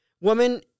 woman